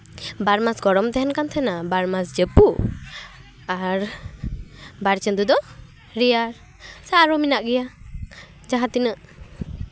ᱵᱟᱨ ᱢᱟᱥ ᱜᱚᱨᱚᱢ ᱛᱟᱦᱮᱱ ᱠᱟᱱ ᱛᱟᱦᱮᱱᱟ ᱵᱟᱨ ᱢᱟᱥ ᱡᱟᱹᱯᱩᱫ ᱟᱨ ᱵᱟᱨ ᱪᱟᱸᱫᱚ ᱫᱚ ᱨᱮᱭᱟᱲ ᱥᱮ ᱟᱨᱚ ᱢᱮᱱᱟᱜ ᱜᱮᱭᱟ ᱡᱟᱦᱟᱸ ᱛᱤᱱᱟᱹᱜ